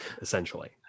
essentially